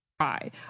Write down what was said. Hi